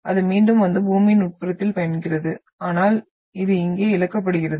அது மீண்டும் வந்து பூமியின் உட்புறத்தில் பயணிக்கிறது ஆனால் இது இங்கே இழக்கப்படுகிறது